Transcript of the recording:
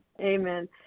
Amen